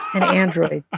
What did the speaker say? an android